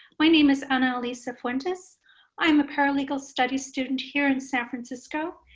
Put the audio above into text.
my name is anaelisafuentes i'm a parent legal studies student here in san francisco.